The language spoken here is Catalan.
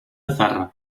zarra